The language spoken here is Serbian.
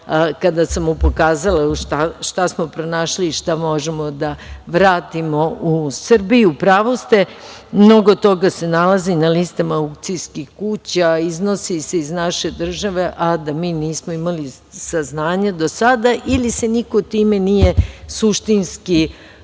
kada sam mu pokazala šta smo pronašli i šta možemo da vratimo u Srbiju.U pravu ste, mnogo toga se nalazi na listama aukcijskih kuća, iznosi se iz naše države, a da mi nismo imali saznanja do sada, ili se niko time nije suštinski